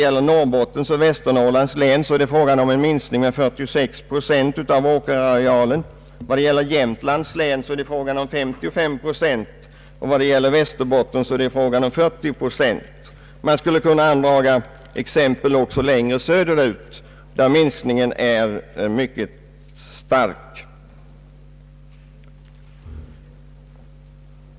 I Norrbotten och Västerbotten är det fråga om en minsk ning av åkerarealen med 46 procent, i Jämtland med 55 procent och i Västerbotten med 40 procent. Jag skulle också kunna anföra exempel på att minskningen även längre söderut är mycket stor.